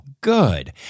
good